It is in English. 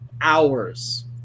hours